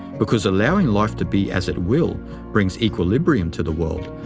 because allowing life to be as it will brings equilibrium to the world,